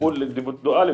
טיפול אינדיווידואלי.